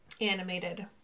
animated